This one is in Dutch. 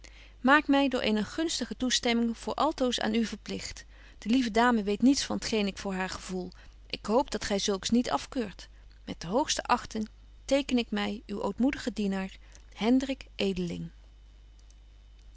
maak my door eene gunstige toestemming voor altoos aan u verpligt de lieve dame weet niets van t geen ik voor haar gevoel ik hoop dat gy zulks niet afkeurt met de hoogste achting teken ik my uw ootmoedige